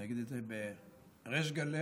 אני אגיד את זה בריש גלי.